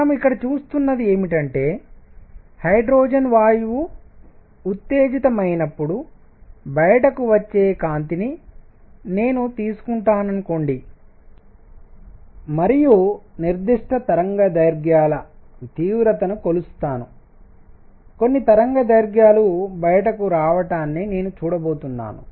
మనం ఇక్కడ చూస్తున్నది ఏమిటంటే హైడ్రోజన్ వాయువు ఉత్తేజితమైనప్పుడు బయటకు వచ్చే కాంతిని నేను తీసుకుంటాననుకోండి మరియు నిర్దిష్ట తరంగదైర్ఘ్యాలవేవ్ లెంగ్త్ తీవ్రతను కొలుస్తాను కొన్ని తరంగదైర్ఘ్యాలు బయటకు రావడాన్ని నేను చూడబోతున్నాను